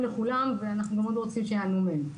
לכולם ואנחנו מאוד רוצים שייהנו מהם.